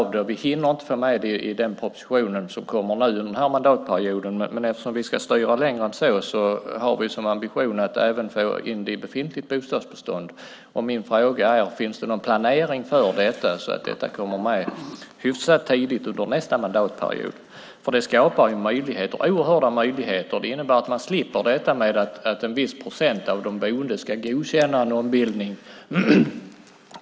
Vi hinner inte få med det i den proposition som kommer under denna mandatperiod, men eftersom vi ska styra längre än så har vi som ambition att få in det även i befintligt bostadsbestånd. Finns det någon planering för detta så att det kommer med hyfsat tidigt under nästa mandatperiod? Det här skapar oerhörda möjligheter eftersom man slipper att en viss procent av de boende ska godkänna en ombildning.